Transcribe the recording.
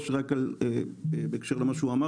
היושב-ראש, רק בהקשר למה שהוא אמר.